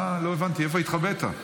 לא הבנתי, איפה התחבאת?